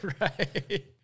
Right